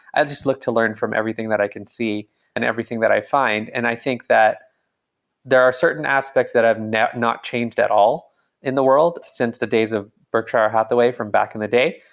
i'll just look to learn from everything that i can see and everything that i find, and i think that there are certain aspects that have not not changed at all in the world since the days of berkshire hathaway from back in the day.